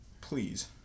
please